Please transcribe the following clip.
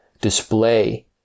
display